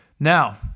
Now